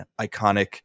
iconic